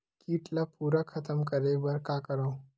कीट ला पूरा खतम करे बर का करवं?